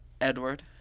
Edward